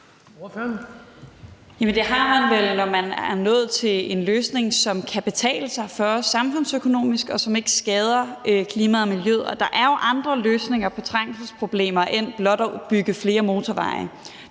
det har man vel, når man er nået til en løsning, som kan betale sig samfundsøkonomisk, og som ikke skader klimaet og miljøet. Og der er jo andre løsninger på trængselsproblemer end blot at bygge flere motorveje.